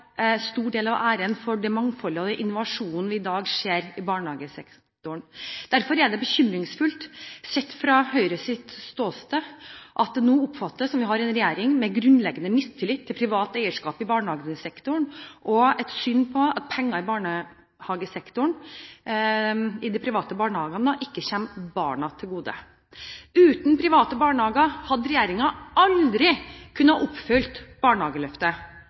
stor del av æren for det mangfoldet og den innovasjonen vi i dag ser i barnehagesektoren. Derfor er det bekymringsfullt, sett fra Høyres ståsted, at det nå oppfattes som om vi har en regjering med grunnleggende mistillit til privat eierskap i barnehagesektoren og det syn at penger i barnehagesektoren, i de private barnehagene, ikke kommer barna til gode. Uten private barnehager hadde regjeringen aldri kunnet oppfylle barnehageløftet.